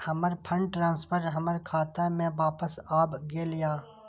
हमर fund transfer हमर खाता में वापस आब गेल या